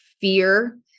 fear